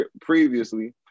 previously